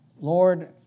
Lord